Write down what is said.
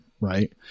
right